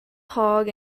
hog